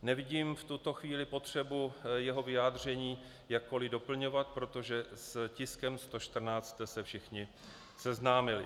Nevidím v tuto chvíli potřebu jeho vyjádření jakkoli doplňovat, protože s tiskem 114 jste se všichni seznámili.